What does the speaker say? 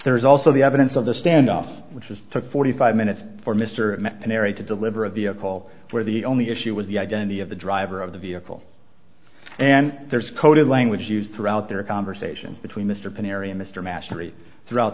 there's also the evidence of the standoffs which was took forty five minutes for mr unary to deliver a vehicle where the only issue was the identity of the driver of the vehicle and there is coded language used throughout their conversation between mr penn area mr mastery throughout